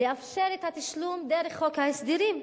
לאפשר את התשלום דרך חוק ההסדרים.